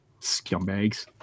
scumbags